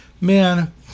man